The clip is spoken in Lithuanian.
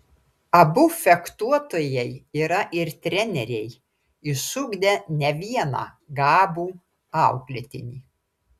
abu fechtuotojai yra ir treneriai išugdę ne vieną gabų auklėtinį